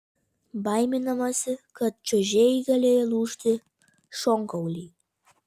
baiminamasi kad čiuožėjai galėjo lūžti šonkauliai